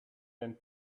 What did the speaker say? and